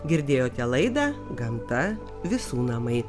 girdėjote laidą gamta visų namai